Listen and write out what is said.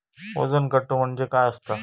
वजन काटो म्हणजे काय असता?